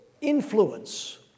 influence